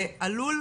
שעלול,